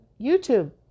YouTube